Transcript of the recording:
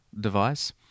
device